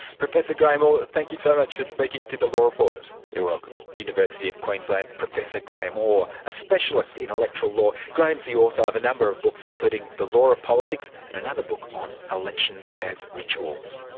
professor graeme orr, thank you so much for speaking to the law report. you're welcome. university of queensland's professor graeme orr, a specialist in electoral law. graeme is the author of a number of books, including the law of politics, and another book on elections as rituals.